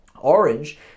orange